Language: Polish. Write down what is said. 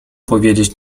powiedzieć